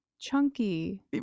chunky